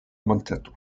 monteto